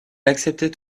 acceptait